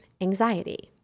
anxiety